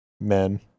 Men